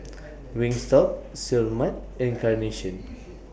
Wingstop Seoul Mart and Carnation